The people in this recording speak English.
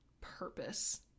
purpose